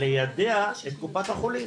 ליידע את קופת החולים,